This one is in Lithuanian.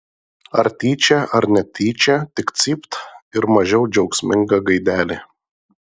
ar tyčia ar netyčia tik cypt ir mažiau džiaugsminga gaidelė